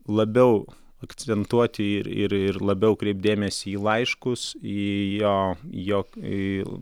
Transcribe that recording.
labiau akcentuoti ir ir ir labiau kreipti dėmesį į laiškus į jo jog į